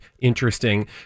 interesting